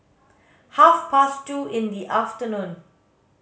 half past two in the afternoon